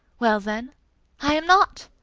well, then i am not!